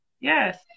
Yes